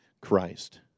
Christ